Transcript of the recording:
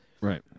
Right